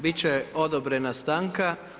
Bit će odobrena stanka.